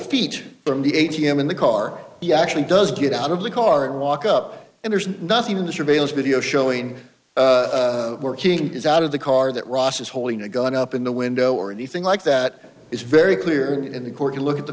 feet from the a t m in the car he actually does get out of the car and walk up and there's nothing in the surveillance video showing working is out of the car that ross is holding a gun up in the window or anything like that is very clear in the court to look at the